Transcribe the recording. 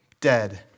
Dead